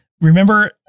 Remember